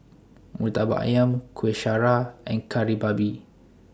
Murtabak Ayam Kuih Syara and Kari Babi